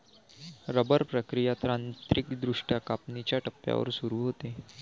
rubber प्रक्रिया तांत्रिकदृष्ट्या कापणीच्या टप्प्यावर सुरू होते